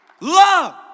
love